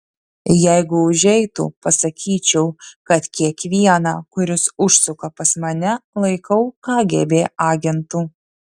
jeigu užeitų pasakyčiau kad kiekvieną kuris užsuka pas mane laikau kgb agentu